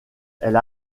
elle